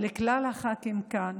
על כלל הח"כים כאן,